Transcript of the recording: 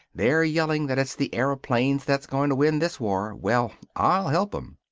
they're yelling that it's the airyoplanes that're going to win this war. well, i'll help em.